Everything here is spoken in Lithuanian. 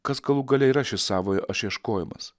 kas galų gale yra šis savojo aš ieškojimas